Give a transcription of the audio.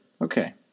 Okay